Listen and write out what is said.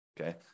Okay